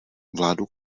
vládu